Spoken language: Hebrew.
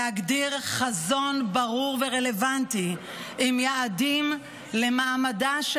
עלינו להגדיר חזון ברור ורלוונטי עם יעדים למעמדה של